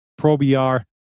ProVR